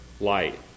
light